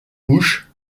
mouche